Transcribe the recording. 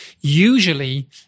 Usually